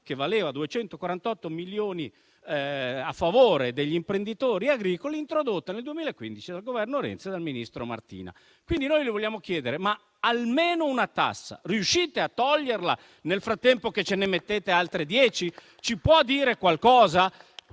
che valeva 248 milioni a favore degli imprenditori agricoli, introdotta nel 2015 dal Governo Renzi e dal ministro Martina. Noi le vogliamo chiedere: ma almeno una tassa riuscite a toglierla mentre ne introducete altre dieci? Ci può dire qualcosa